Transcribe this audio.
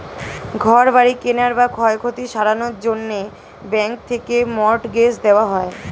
ঘর বাড়ি কেনার বা ক্ষয়ক্ষতি সারানোর জন্যে ব্যাঙ্ক থেকে মর্টগেজ দেওয়া হয়